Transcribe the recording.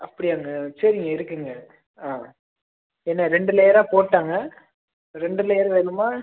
அப்படியாங்க சரிங்க இருக்குதுங்க ஆ ஏன்னா ரெண்டு லேயராக போட்டுடாங்க ரெண்டு லேயர் வேணுமா